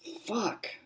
Fuck